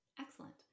Excellent